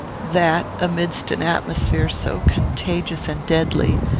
that, amidst an atmosphere so contagious and deadly,